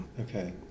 okay